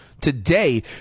today